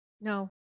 No